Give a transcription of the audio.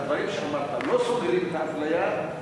והדברים שאמרת לא סוגרים את האפליה,